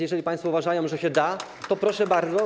Jeżeli państwo uważają, że się da, to proszę bardzo.